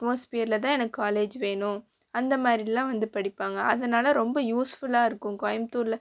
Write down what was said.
அட்மாஸ்பியரில் தான் எனக்கு காலேஜ் வேணும் அந்த மாதிரிலாம் வந்து படிப்பாங்க அதனால ரொம்ப யூஸ்ஃபுல்லாக இருக்கும் கோயமுத்தூரில்